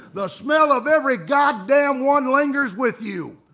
the smell of every goddamn one lingers with you.